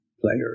player